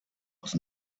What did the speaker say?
was